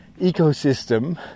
ecosystem